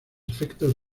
efectos